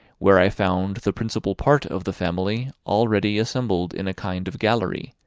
where i found the principal part of the family already assembled in a kind of gallery,